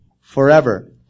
forever